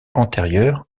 antérieur